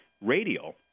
radial